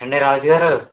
ఎండి రాజు గారు